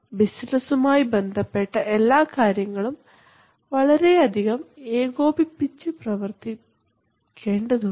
ബിസിനസുമായി ബന്ധപ്പെട്ട എല്ലാകാര്യങ്ങളും വളരെയധികം ഏകോപിപ്പിച്ചു പ്രവർത്തിക്കേണ്ടതുണ്ട്